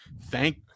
Thank